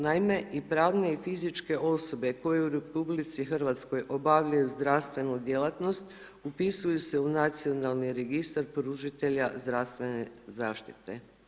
Naime, i pravne i fizičke osobe koje u RH obavljaju zdravstvenu djelatnost upisuju se u Nacionalni registar pružitelja zdravstvene zaštite.